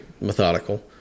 methodical